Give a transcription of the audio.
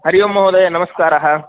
हरि ओं महोदय नमस्काराः